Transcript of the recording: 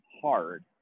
Hard